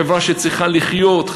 חברה שצריכה לחיות,